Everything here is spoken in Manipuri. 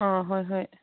ꯑꯥ ꯍꯣꯏ ꯍꯣꯏ